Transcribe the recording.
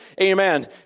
Amen